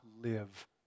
live